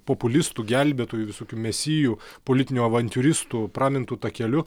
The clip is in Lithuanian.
populistų gelbėtojų visokių mesijų politinių avantiūristų pramintu takeliu